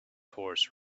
horse